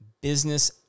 business